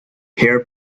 her